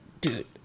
Dude